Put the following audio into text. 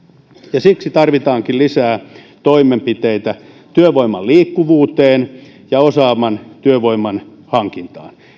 siksi tarvitaankin lisää toimenpiteitä työvoiman liikkuvuuteen ja osaavan työvoiman hankintaan